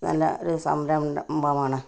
നല്ല ഒരു സംരംഭമാണ്